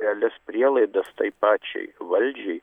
realias prielaidas tai pačiai valdžiai